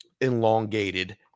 elongated